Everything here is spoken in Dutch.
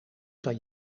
kan